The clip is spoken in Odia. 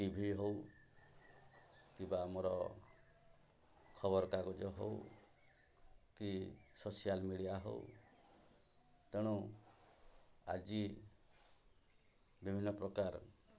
ଟିଭି ହେଉ କିମ୍ବା ଆମର ଖବରକାଗଜ ହେଉ କି ସୋସିଆଲ୍ ମିଡ଼ିଆ ହେଉ ତେଣୁ ଆଜି ବିଭିନ୍ନ ପ୍ରକାର